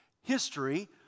History